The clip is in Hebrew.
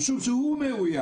משום שהוא מאויים,